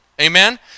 Amen